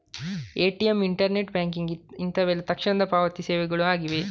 ATM, internet banking ಇಂತವೆಲ್ಲ ತಕ್ಷಣದ ಪಾವತಿ ಸೇವೆಗಳು ಆಗಿವೆ